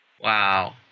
Wow